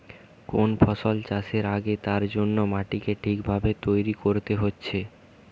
কোন ফসল চাষের আগে তার জন্যে মাটিকে ঠিক ভাবে তৈরী কোরতে হচ্ছে